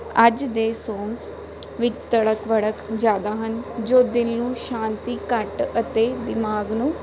ਅੱਜ ਦੇ ਸੌਂਗਸ ਵਿੱਚ ਤੜਕ ਭੜਕ ਜ਼ਿਆਦਾ ਹਨ ਜੋ ਦਿਲ ਨੂੰ ਸ਼ਾਂਤੀ ਘੱਟ ਅਤੇ ਦਿਮਾਗ ਨੂੰ